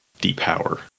depower